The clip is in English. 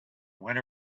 went